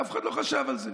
אף אחד לא חשב על זה.